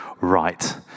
right